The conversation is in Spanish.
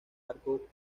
arco